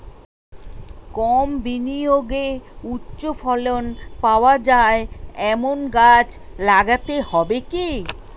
কম বিনিয়োগে উচ্চ ফলন পাওয়া যায় এমন গাছ লাগাতে হবে কি?